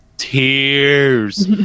tears